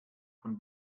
von